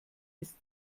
ist